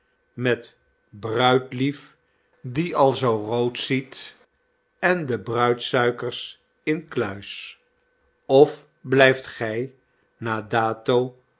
met bruidlief die al zoo rood ziet en de bruidsuikers inkluis of blijft gy na dato